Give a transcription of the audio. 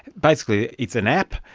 basically it's an app,